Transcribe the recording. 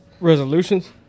Resolutions